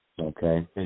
Okay